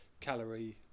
calorie